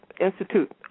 Institute